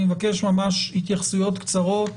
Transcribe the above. אני מבקש ממש התייחסויות קצרות,